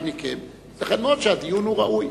ייתכן מאוד שהדיון הוא ראוי,